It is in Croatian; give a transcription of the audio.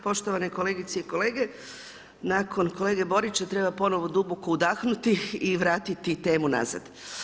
Poštovane kolegice i kolege, nakon kolege Borića, treba ponovno duboko udahnuti i vratiti temu nazad.